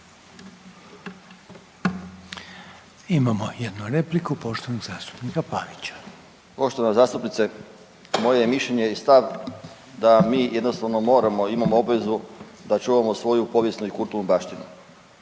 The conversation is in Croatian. Imamo jednu repliku poštovanog zastupnika Pavića. **Pavić, Željko (Nezavisni)** Poštovana zastupnice, moje je mišljenje i stav da mi jednostavno moramo, imamo obvezu da čuvamo svoju povijesnu i kulturnu baštinu.